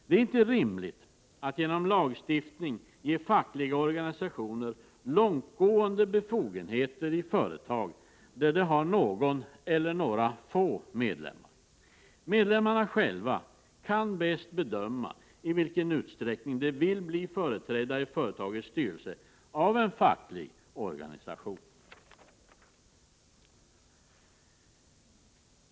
Det är inte rimligt att man genom lagstiftning ger fackliga organisationer långtgående befogenheter i företag där de har någon eller några få medlemmar. Medlemmarna själva kan bäst bedöma i vilken utsträckning de vill bli företrädda i företagens styrelse av en facklig organisation.